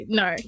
no